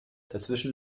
dazwischen